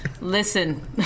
Listen